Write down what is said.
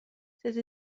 cette